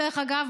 דרך אגב,